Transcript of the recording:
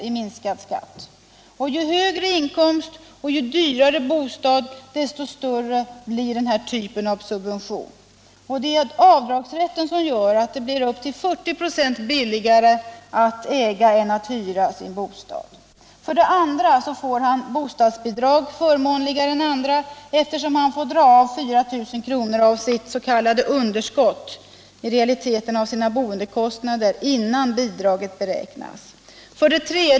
i minskad skatt, och ju högre inkomsten är och ju dyrare bostaden är, desto större blir denna typ av subvention. Det är avdragsrätten som gör att det blir upp till 40 96 billigare att äga än att hyra sin bostad. 2. Han får bostadsbidrag förmånligare än andra, eftersom han får dra av 4 000 kr. av sitt ”underskott”, i realiteten av sina boendekostnader, innan bidraget beräknas. 3.